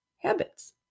habits